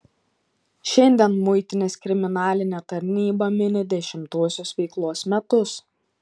šiandien muitinės kriminalinė tarnyba mini dešimtuosius veiklos metus